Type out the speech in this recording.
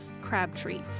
Crabtree